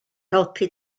helpu